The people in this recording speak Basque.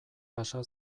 pasa